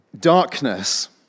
Darkness